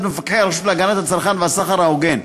מפקחי הרשות להגנת הצרכן והסחר ההוגן.